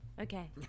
Okay